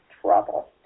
trouble